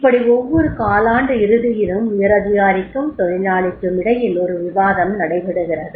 இப்படி ஒவ்வொரு காலாண்டு இறுதியிலும் உயரதிகாரிக்கும் தொழிலாளிக்கும் இடையில் ஒரு விவாதம் நடைபெறுகிறது